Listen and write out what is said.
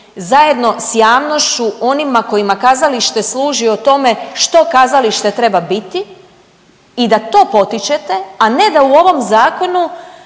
zajedno s javnošću onima kojima kazalište služi o tome što kazalište treba biti i da to potičete, a ne da u ovom zakonu